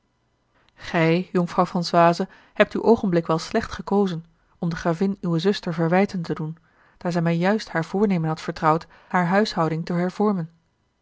gij jonkvrouw françoise hebt uw oogenblik wel slecht gekozen om de gravin uwe zuster verwijten te doen daar zij mij juist haar voornemen had vertrouwd hare huishouding te hervormen